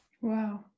Wow